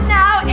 now